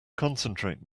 concentrate